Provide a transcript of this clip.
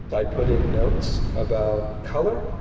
i put in notes about color,